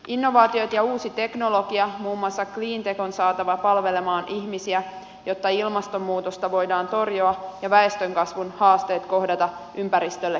innovaatiot ja uusi teknologia muun muassa cleantech on saatava palvelemaan ihmisiä jotta ilmastonmuutosta voidaan torjua ja väestönkasvun haasteet kohdata ympäristölle kestävällä tavalla